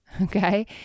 okay